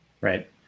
Right